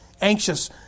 Anxious